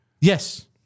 Yes